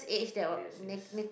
yes yes